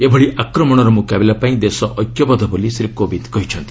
ଏଭଳି ଆକମଣର ମୁକାବିଲା ପାଇଁ ଦେଶ ଐକ୍ୟବଦ୍ଧ ବୋଳି ଶ୍ରୀ କୋବିନ୍ଦ୍ କହିଚ୍ଚନ୍ତି